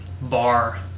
bar